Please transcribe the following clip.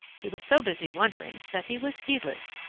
he was so busy wondering that he was heedless.